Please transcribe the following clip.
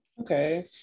Okay